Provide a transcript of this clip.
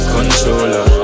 Controller